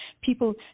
people